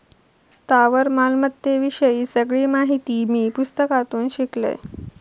स्थावर मालमत्ते विषयी सगळी माहिती मी पुस्तकातून शिकलंय